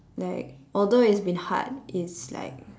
like although it's been hard it's like